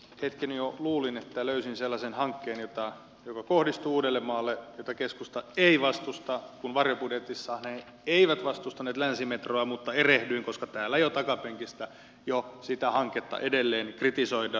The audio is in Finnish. hetken jo luulin että löysin sellaisen hankkeen joka kohdistuu uudellemaalle jota keskusta ei vastusta kun varjobudjetissahan he eivät vastustaneet länsimetroa mutta erehdyin koska täällä takapenkistä jo sitä hanketta kritisoidaan